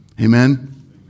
Amen